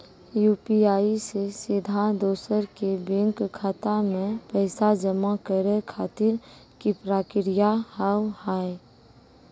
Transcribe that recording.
UPI से सीधा दोसर के बैंक खाता मे पैसा जमा करे खातिर की प्रक्रिया हाव हाय?